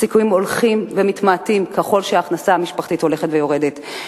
הסיכויים הולכים ומתמעטים ככל שההכנסה המשפחתית הולכת ויורדת,